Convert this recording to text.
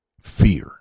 fear